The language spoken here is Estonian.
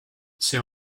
see